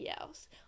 else